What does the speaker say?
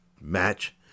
match